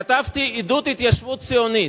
כתבתי "עידוד התיישבות ציונית".